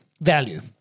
value